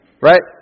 Right